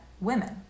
women